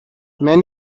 man